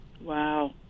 Wow